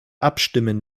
abstimmen